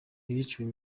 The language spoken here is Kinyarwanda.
yiciwe